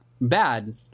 Bad